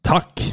Tack